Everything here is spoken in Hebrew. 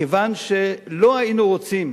כיוון שלא היינו רוצים,